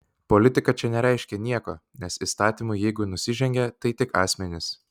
politika čia nereiškia nieko nes įstatymui jeigu nusižengė tai tik asmenys